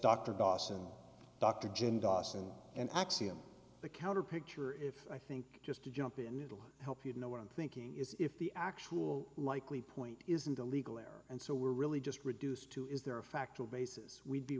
dr dawson dr jenn dawson and axiom the counter picture if i think just to jump in it'll help you know what i'm thinking is if the actual likely point isn't illegal there and so we're really just reduced to is there a factual basis we'd be